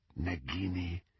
Nagini